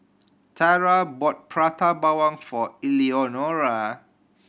Tarah bought Prata Bawang for Eleonora